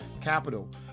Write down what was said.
capital